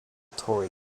tory